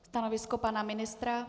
Stanovisko pana ministra?